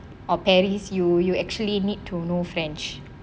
or paris you you actually need to know french